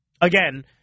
Again